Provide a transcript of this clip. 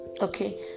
okay